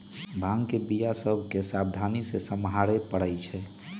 भांग के बीया सभ के सावधानी से सम्हारे परइ छै